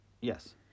Yes